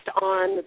on